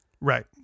right